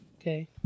Okay